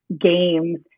games